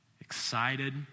excited